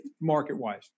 market-wise